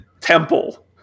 temple